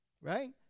Right